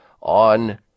on